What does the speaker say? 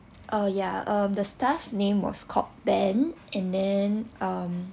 oh ya um the staff name was called ben and then um